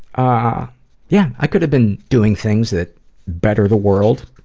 ah yeah. i could've been doing things that better the world,